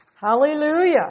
Hallelujah